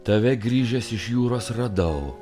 tave grįžęs iš jūros radau